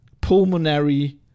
pulmonary